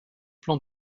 plan